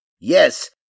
Yes